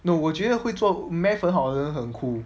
no 我觉得会做 math 很好的人很 cool